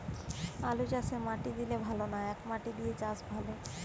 আলুচাষে মাটি দিলে ভালো না একমাটি দিয়ে চাষ ভালো?